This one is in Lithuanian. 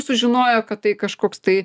sužinojo kad tai kažkoks tai